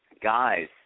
guys